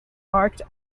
marked